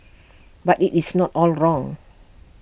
but IT is not all wrong